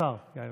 השר יאיר לפיד.